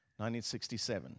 1967